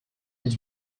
his